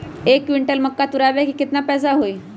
एक क्विंटल मक्का तुरावे के केतना पैसा होई?